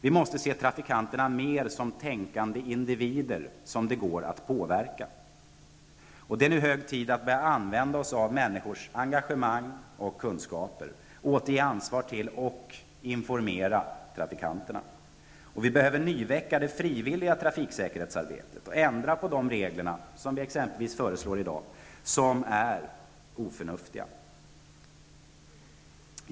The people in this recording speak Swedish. Vi måste se trafikanterna mer som tänkande individer som det går att påverka. Det är hög tid att vi börjar använda oss av människors engagemang och kunskaper. Det gäller också att ge ett ansvar åt och att informera trafikanterna. Vidare behöver vi så att säga nyväcka det frivilliga trafiksäkerhetsarbetet och ändra på regler, vilket föreslås exempelvis i dag, som är oförnuftiga.